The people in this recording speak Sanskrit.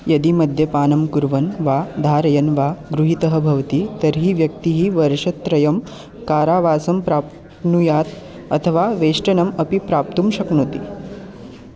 यदि मद्यपानं कुर्वन् वा धारयन् वा गृहीतः भवति तर्हि व्यक्तिः वर्षत्रयं कारावासं प्राप्नुयात् अथवा वेष्टनम् अपि प्राप्तुं शक्नोति